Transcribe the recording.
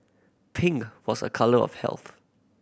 pink was a colour of health